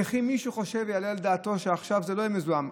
וכי מישהו חושב ויעלה על דעתו שעכשיו זה לא יהיה מזוהם?